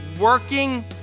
working